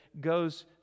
goes